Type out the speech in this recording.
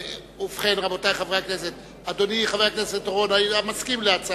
ובכן, אדוני, חבר הכנסת אורון, האם אתה מסכים?